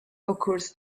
occurs